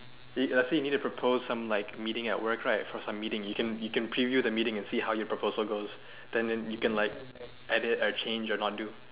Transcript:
uh see you need to propose some meeting at work right you can you can preview the meeting and see how the proposal goes then you can add a change or not do